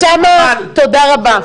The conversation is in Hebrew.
אוסאמה, תודה רבה.